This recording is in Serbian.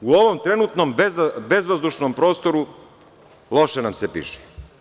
U ovom trenutnom bezvazdušnom prostoru, loše nam se piše.